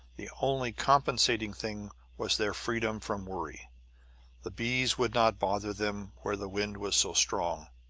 the only compensating thing was their freedom from worry the bees would not bother them where the wind was so strong.